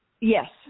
Yes